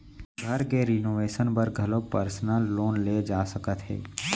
घर के रिनोवेसन बर घलोक परसनल लोन ले जा सकत हे